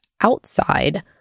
outside